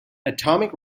atomic